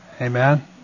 Amen